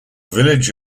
village